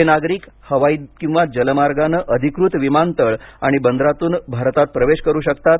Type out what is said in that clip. हे नागरिक हवाई किंवा जल मार्गाने अधिकृत विमानतळ आणि बंदरातून भारतात प्रवेश करू शकतात